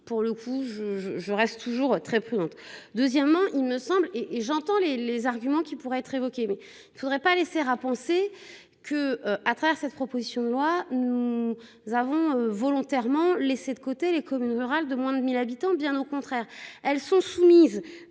pour le coup je je reste toujours très prudente. Deuxièmement, il me semble et et j'entends les, les arguments qui pourraient être évoqué mais il ne faudrait pas aller sert à penser que à travers cette proposition de loi nous. Avons volontairement laissé de côté les communes rurales de moins de 1000 habitants, bien au contraire, elles sont soumises.